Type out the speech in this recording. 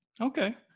Okay